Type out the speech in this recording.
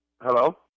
Hello